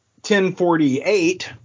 1048